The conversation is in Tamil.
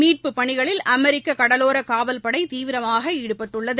மீட்புப் பணிகளில் அமெரிக்ககடலோரக் காவல்படைதீவிரமாகஈடுபட்டுள்ளது